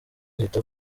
ahita